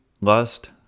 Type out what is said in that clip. lust